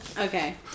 Okay